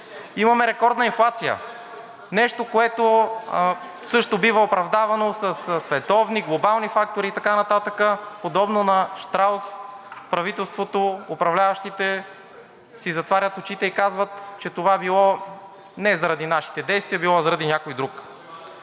Имаме рекордна инфлация – нещо, което също бива оправдавано със световни, глобални фактори и така нататък. Подобно на щраус правителството, управляващите си затварят очите и казват, че това било не заради нашите действия, било заради някой друг.